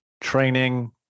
training